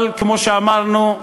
אבל כמו שאמרנו: